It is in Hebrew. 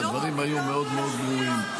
והדברים היו מאוד מאוד ברורים.